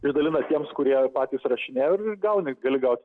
išdalina tiems kurie patys rašinėjo ir gauni gali gaut